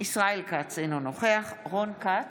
ישראל כץ, אינו נוכח רון כץ,